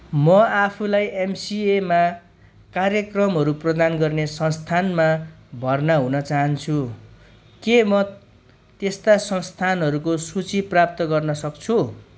म आफूलाई एमसिएमा कार्यक्रमहरू प्रदान गर्ने संस्थानमा भर्ना हुन चाहन्छु के म त्यस्ता संस्थानहरूको सूची प्राप्त गर्न सक्छु